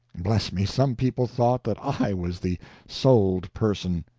bless me, some people thought that i was the sold person!